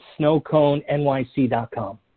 snowconenyc.com